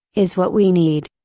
is what we need.